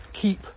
keep